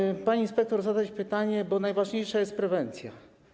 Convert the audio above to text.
Chciałem, pani inspektor, zadać pytanie, bo najważniejsza jest prewencja.